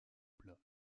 plats